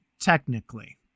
technically